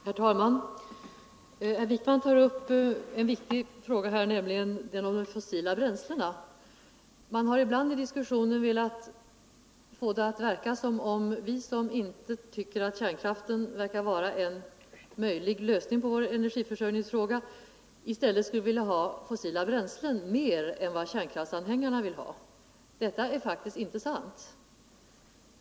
Herr talman! Herr Wijkman tog här upp den viktiga frågan om de fossila bränslena. Ibland har man i diskussionen försökt få det att verka som om vi, som inte tycker att kärnkraft verkar vara en möjlig lösning på våra energiförsörjningsproblem, i stället vill ha fossila bränslen längre än kärnkraftanhängarna. Detta är faktiskt inte sant.